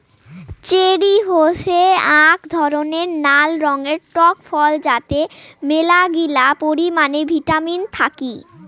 cherry হসে আক ধরণের নাল রঙের টক ফল যাতে মেলাগিলা পরিমানে ভিটামিন থাকি